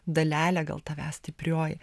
dalelė gal tavęs stiprioji